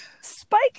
spike